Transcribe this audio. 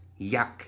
Yuck